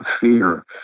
fear